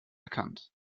erkannt